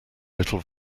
little